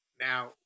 Now